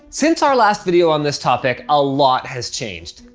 since our last video on this topic, a lot has changed.